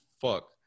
fuck